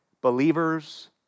Believers